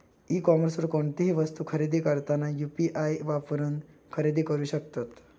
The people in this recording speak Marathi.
ई कॉमर्सवर कोणतीही वस्तू खरेदी करताना यू.पी.आई वापरून खरेदी करू शकतत